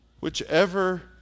Whichever